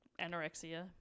Anorexia